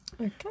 Okay